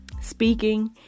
speaking